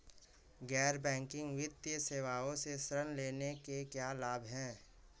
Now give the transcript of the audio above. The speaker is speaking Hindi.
गैर बैंकिंग वित्तीय सेवाओं से ऋण लेने के क्या लाभ हैं?